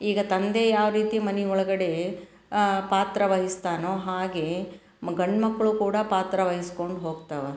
ಈಗ ತಂದೆ ಯಾವ ರೀತಿ ಮನೆ ಒಳ್ಗಡೆ ಪಾತ್ರ ವಹಿಸ್ತಾನೋ ಹಾಗೇ ಮ ಗಂಡು ಮಕ್ಕಳೂ ಕೂಡ ಪಾತ್ರ ವಹಿಸ್ಕೊಂಡು ಹೋಗ್ತವೆ